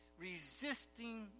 Resisting